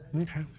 Okay